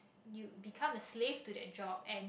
you become a slave to that job and